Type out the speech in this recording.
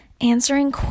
answering